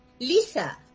Lisa